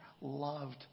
loved